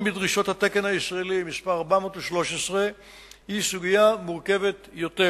בדרישות התקן הישראלי מס' 413 היא סוגיה מורכבת יותר.